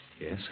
Yes